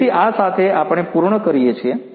તેથી આ સાથે આપણે પૂર્ણ કરીએ છીએ